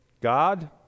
God